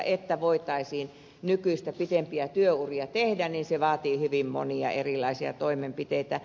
jotta voitaisiin nykyistä pitempiä työuria tehdä se vaatii hyvin monia erilaisia toimenpiteitä